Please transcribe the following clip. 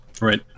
right